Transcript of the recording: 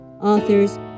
authors